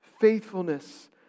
faithfulness